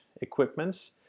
equipments